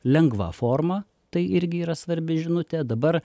lengva forma tai irgi yra svarbi žinutė dabar